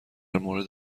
مورد